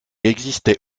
existait